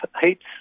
heats